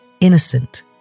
innocent